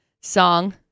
song